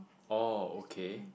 oh okay